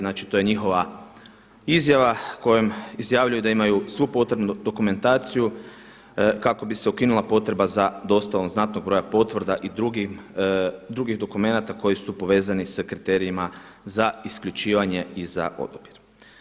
Znači, to je njihova izjava kojom izjavljuju da imaju svu potrebnu dokumentaciju kako bi se ukinula potreba za dostavom znatnog broja potvrda i drugih dokumenata koji su povezani sa kriterijima za isključivanje i za odabir.